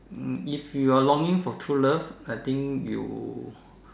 if you are longing for true love I think you